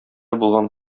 булган